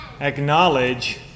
acknowledge